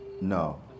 No